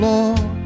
Lord